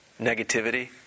negativity